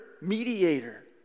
mediator